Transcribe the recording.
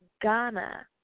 Ghana